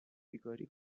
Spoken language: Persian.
بیگاری